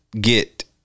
get